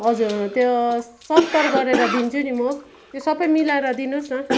हजुर त्यो सत्तरी गरेर दिन्छु नि म त्यो सबै मिलाएर दिनुहोस् न